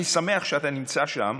אני שמח שאתה נמצא שם